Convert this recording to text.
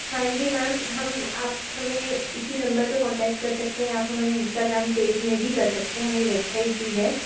हाँ जी मैम हम आप हमें इसी नम्बर पर कॉन्टैक्ट कर सकते हैं आप हमारे इंस्टाग्राम पेज में भी कर सकते हैं हमारी वेबसाइट भी है